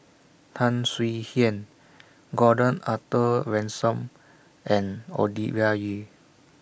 Tan Swie Hian Gordon Arthur Ransome and Ovidia Yu